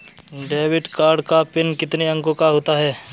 Debit card का PIN कितने अंकों का होता है?